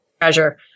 treasure